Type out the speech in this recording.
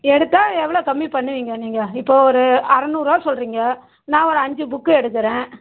எடுத்தா எவ்வளோ கம்மி பண்ணுவீங்க நீங்கள் இப்போ ஒரு அறநூறுரூவா சொல்லுறீங்க நான் ஒரு அஞ்சு புக்கு எடுக்குறேன்